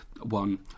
one